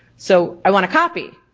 so i want a copy.